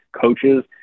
coaches